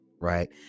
right